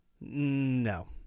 No